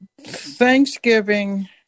Thanksgiving